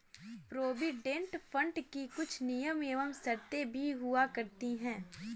provident fund की कुछ नियम एवं शर्तें भी हुआ करती हैं